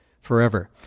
forever